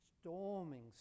storming